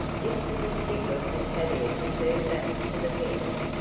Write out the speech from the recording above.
this was a signal for tavia to turn back to the fence.